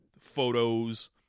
photos